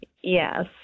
Yes